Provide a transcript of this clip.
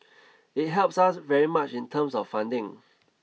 it helps us very much in terms of funding